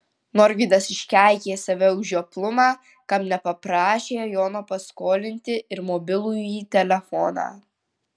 norvydas iškeikė save už žioplumą kam nepaprašė jono paskolinti ir mobilųjį telefoną